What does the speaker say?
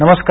नमस्कार